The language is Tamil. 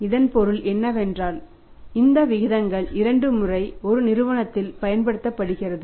இதன் பொருள் என்னவென்றால் இந்த விகிதங்கள் இரண்டு முறை ஒரு நிறுவனத்தில் பயன்படுத்தப்படுகிறது